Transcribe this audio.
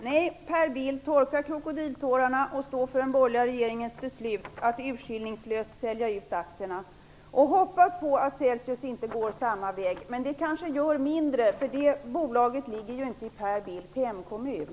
Nej, Per Bill, torka krokodiltårarna och stå för den borgerliga regeringens beslut att urskillningslöst sälja ut aktierna, och hoppas att Celsius inte går samma väg - men det kanske gör mindre, för det bolaget ligger ju inte i Per Bills hemkommun.